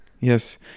Yes